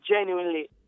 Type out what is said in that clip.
genuinely